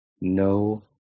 no